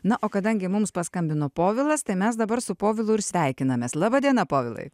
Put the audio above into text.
na o kadangi mums paskambino povilas tai mes dabar su povilu ir sveikinamės laba diena povilai